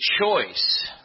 choice